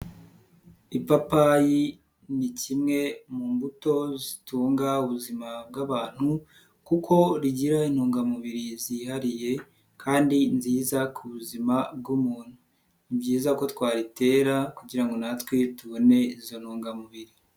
Ipapayi ni kimwe mu mbuto zitunga ubuzima bw'abantu kuko rigira intungamubiri zihariye kandi nziza ku buzima bw'umuntu, ni byiza ko twaritera kugira natwe tubone izo ntungamubiri.